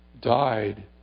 died